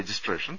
registration